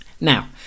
Now